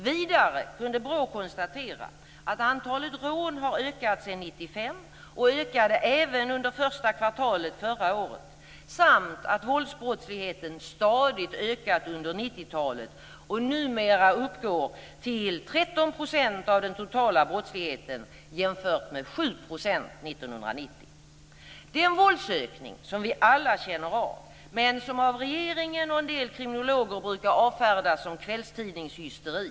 Vidare kunde BRÅ konstatera att antalet rån har ökat sedan 1995, och ökade även under första kvartalet förra året, samt att våldsbrottsligheten stadigt ökat under 90-talet och numera uppgår till 13 % av den totala brottsligheten, jämfört med 7 % 1990. Det är en våldsökning som vi alla känner av, men som av regeringen och en del kriminologer brukar avfärdas som kvällstidningshysteri.